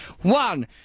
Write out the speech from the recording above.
One